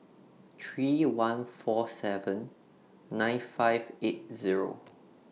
three one four seven nine five eight Zero